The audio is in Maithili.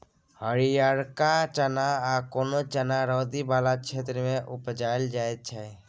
हरियरका चना या कोनो चना रौदी बला क्षेत्र मे उपजाएल जाइ छै